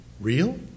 Real